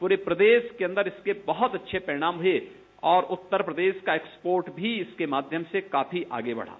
पूरे प्रदेश के अन्दर इसके बहुत अच्छे परिणाम दिखे और उत्तर प्रदेश का एक्सपोर्ट भी इसके माध्यम से काफी आगे बढ़ा